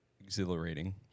Exhilarating